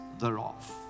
thereof